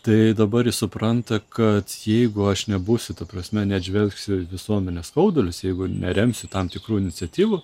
tai dabar jis supranta kad jeigu aš nebūsiu ta prasme ne žvelgsiu į visuomenės skaudulius jeigu neremsiu tam tikrų iniciatyvų